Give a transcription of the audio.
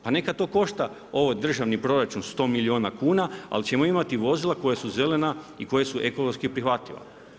Pa neka to košta ovaj državni proračun 100 milijuna kuna, ali ćemo imati vozila koja su zelena i koja su ekološki prihvatljiva.